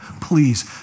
Please